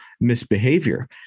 misbehavior